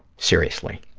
seriously,